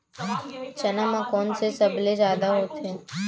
चना म कोन से सबले जादा होथे?